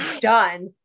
done